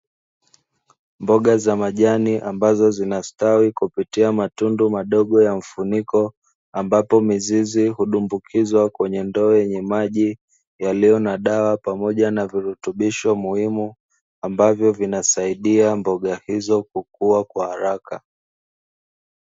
Mboga za majani ambazo zinastawi kupitia matundu madogo ya mfuniko ambapo mizizi hudumbukizwa kwenye ndoo yenye maji, yaliyo na dawa pamoja na virutubisho muhimu ambavyo vinasaidia mboga hizo kuua kwa haraka.